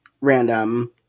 Random